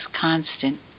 constant